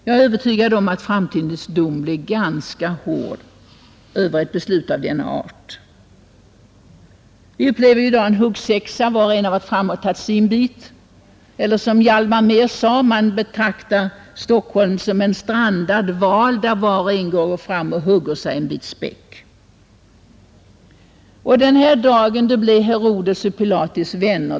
Jag är helt övertygad om att framtidens dom över ett beslut av denna art blir ganska hård. Vi upplever i dag en huggsexa. Var och en är framme och tar sin bit eller, som Hjalmar Mehr sade: ”Man betraktar Stockholm som en strandad val, och var och en går fram och hugger sig en bit späck.” Den här dagen blir Herodes och Pilatus vänner.